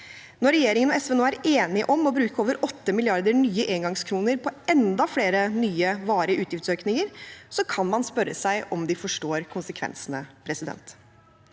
Når regjeringen og SV nå er enige om å bruke over 8 mrd. nye engangskroner på enda flere nye, varige utgiftsøkninger, kan man spørre seg om de forstår konsekvensene. Norge